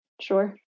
Sure